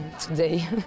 today